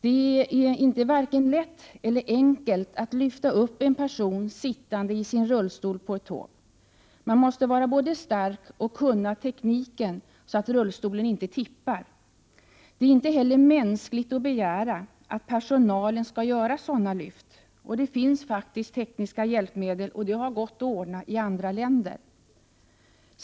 Det är tungt och inte alls enkelt att lyfta upp en person på ett tåg som sitter i sin rullstol. Man måste vara stark. Dessutom behövs det en viss teknik för att rullstolen inte skall tippa. Vidare är det inte mänskligt att begära att SJ-personalen skall göra sådana här lyft. Det finns faktiskt tekniska hjälpmedel. Sådant här har det gått att ordna i andra länder.